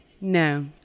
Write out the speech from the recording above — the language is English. No